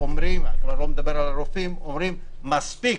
ואני כבר לא מדבר על הרופאים - אומרים: מספיק,